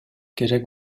керек